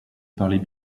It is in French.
parlait